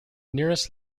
nearest